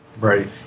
Right